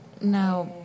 Now